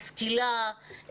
משכילה,